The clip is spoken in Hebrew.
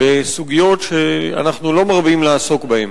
בסוגיות שאנחנו לא מרבים לעסוק בהן.